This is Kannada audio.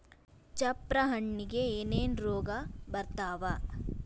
ಚಪ್ರ ಹಣ್ಣಿಗೆ ಏನೇನ್ ರೋಗ ಬರ್ತಾವ?